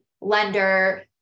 lender